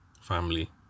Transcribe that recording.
family